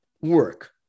work